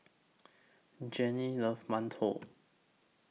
Jennings loves mantou